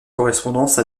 correspondance